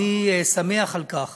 אני שמח על כך